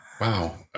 Wow